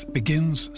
begins